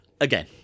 again